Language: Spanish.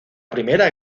primera